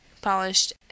polished